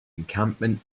encampment